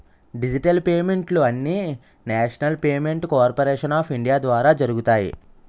digital పేమెంట్లు అన్నీనేషనల్ payment corporation of India ద్వారా జరుగుతాయి